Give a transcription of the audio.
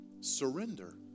Surrender